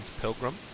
Pilgrim